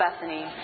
Bethany